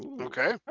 Okay